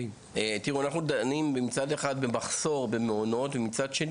אנחנו במשרד הרווחה,